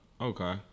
okay